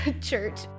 church